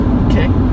okay